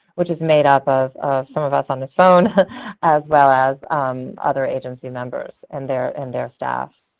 which is made up of some of us on the phone as well as other agency members and their and their staff.